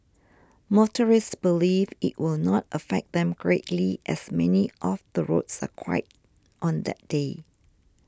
motorists believe it will not affect them greatly as many of the roads are quiet on that day